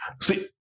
See